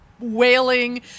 wailing